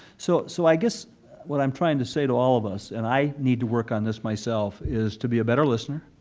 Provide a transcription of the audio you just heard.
so so i guess what i'm trying to say to all of us, and i need to work on this myself, is to be a better listener,